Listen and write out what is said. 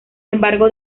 embargo